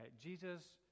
Jesus